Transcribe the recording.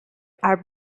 are